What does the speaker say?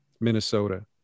Minnesota